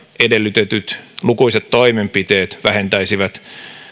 edellytetyt lukuisat toimenpiteet vähentäisivät